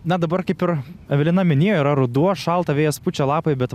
na dabar kaip ir evelina minėjo yra ruduo šalta vėjas pučia lapai bet